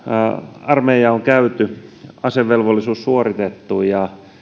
armeija on käyty asevelvollisuus suoritettu ja